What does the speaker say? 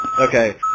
Okay